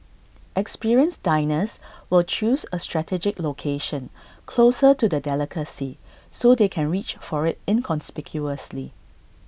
experienced diners will choose A strategic location closer to the delicacy so they can reach for IT inconspicuously